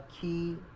key